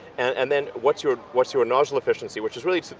and then what's your what's your nozzle efficiency, which is really